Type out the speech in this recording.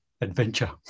adventure